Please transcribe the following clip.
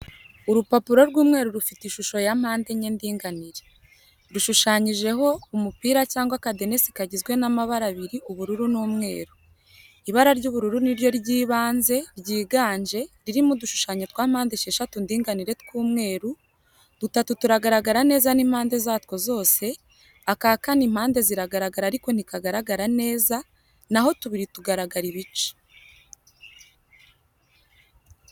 Urupapuro rw'umweru rufite ishusho ya mpandenye ndinganire. Rushushanyijeho, umupira cyangwa akadenesi kagizwe n'amabara abiri: ubururu n'umweru. Ibara ry'ubururu ni ryo ry'ibanze, ryiganje, ririmo udushushanyo twa mpandesheshatu ndinganire tw'umweru, dutatu turagaragara neza n'impande zatwo zose, aka kane impande ziragaragaraa ariko ntikagaragara neza, na ho tubiri, tugaragara ibice.